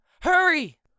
hurry